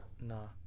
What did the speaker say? No